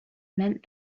meant